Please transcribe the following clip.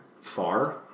far